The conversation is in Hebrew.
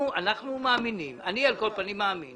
אנחנו מאמינים על כל פנים אני מאמין